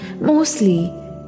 mostly